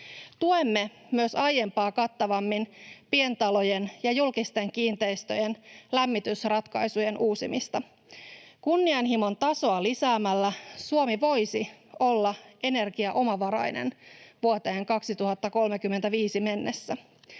Tuemme myös aiempaa kattavammin pientalojen ja julkisten kiinteistöjen lämmitysratkaisujen uusimista. Kunnianhimon tasoa lisäämällä Suomi voisi olla energiaomavarainen vuoteen 2035 mennessä.